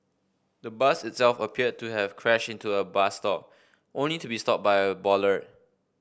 the bus itself appeared to have crashed into a bus stop only to be stopped by a bollard